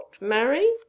marry